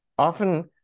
Often